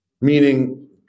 Meaning